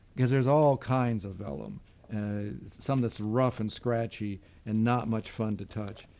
because there's all kinds of vellum some that's rough and scratchy and not much fun to touch,